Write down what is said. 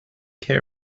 care